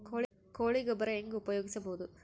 ಕೊಳಿ ಗೊಬ್ಬರ ಹೆಂಗ್ ಉಪಯೋಗಸಬಹುದು?